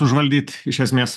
užvaldyt iš esmės